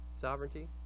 Sovereignty